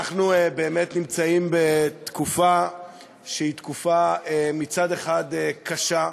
יואל חסון נוכח גם נוכח ועולה לדבר במשך עד שלוש דקות,